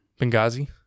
Benghazi